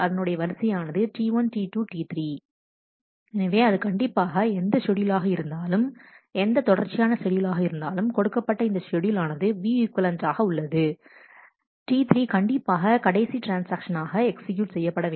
T3 எனவே அது கண்டிப்பாக எந்த ஷெட்யூல் ஆக இருந்தாலும் எந்த தொடர்ச்சியான ஷெட்யூல் ஆக இருந்தாலும் கொடுக்கப்பட்ட இந்த ஷெட்யூல் ஆனது வியூ ஈக்வலெண்ட் ஆக உள்ளது T3 கண்டிப்பாக கடைசி ட்ரான்ஸ்ஆக்ஷன் ஆக எக்சிகியூட் செய்யப்படவேண்டும்